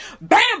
bam